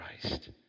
Christ